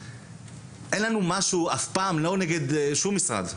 אין לנו משהו אף פעם לא נגד שום משרד.